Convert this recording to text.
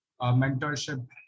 mentorship